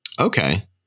Okay